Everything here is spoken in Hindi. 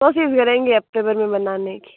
कोशिश करेंगे हफ़्ते भर में बनाने की